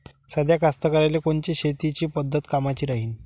साध्या कास्तकाराइले कोनची शेतीची पद्धत कामाची राहीन?